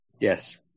Yes